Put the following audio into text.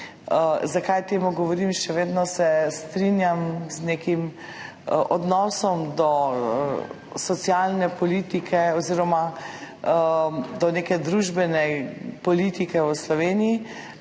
Zakaj govorim o tem? Še vedno se strinjam z nekim odnosom do socialne politike oziroma do neke družbene politike v Sloveniji,